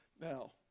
Now